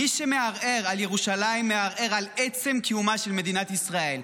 מי שמערער על ירושלים מערער על עצם קיומה של מדינת ישראל,